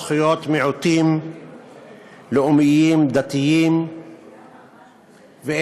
בדבר זכויות מיעוטים לאומיים, דתיים ואתניים.